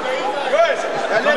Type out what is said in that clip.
לא.